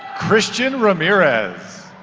cristian ramirez.